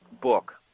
book